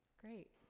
Great